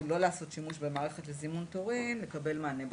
לא לעשות שימוש במערכת לזימון תורים לקבל מענה בסניפים".